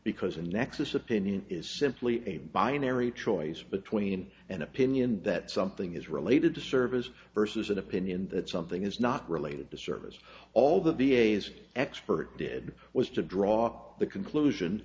because a nexus opinion is simply a binary choice between an opinion that something is related to service versus an opinion that something is not related to service all the v a s expert did was to draw the conclusion